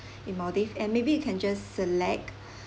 in maldives and maybe you can just select